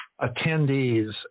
attendees